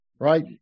Right